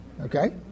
Okay